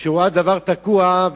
כשהיא רואה דבר תקוע,